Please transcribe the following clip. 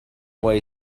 way